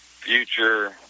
future